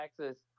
Texas